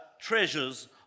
treasures